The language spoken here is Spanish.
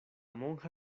monja